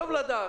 טוב לדעת.